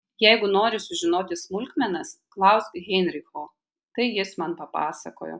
jeigu nori sužinoti smulkmenas klausk heinricho tai jis man papasakojo